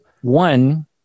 one